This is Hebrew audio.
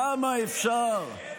כמה אפשר?